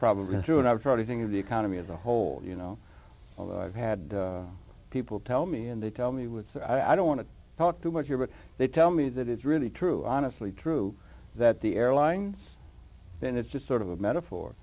probably true and i would try to think of the economy as a whole you know i've had people tell me and they tell me with i don't want to talk too much here but they tell me that it's really true honestly true that the airlines then it's just sort of a metaphor